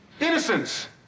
innocence